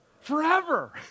Forever